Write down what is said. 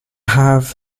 have